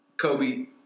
Kobe